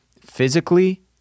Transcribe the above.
physically